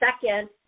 second